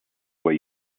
way